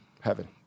Heaven